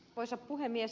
arvoisa puhemies